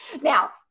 Now